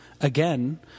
again